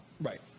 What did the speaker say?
Right